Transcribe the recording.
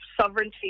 sovereignty